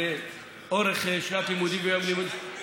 אורך שנת לימוד ויום לימודים,